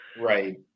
Right